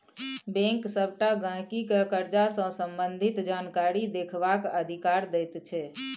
bank सबटा गहिंकी केँ करजा सँ संबंधित जानकारी देखबाक अधिकार दैत छै